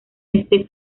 este